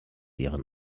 ihren